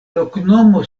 loknomo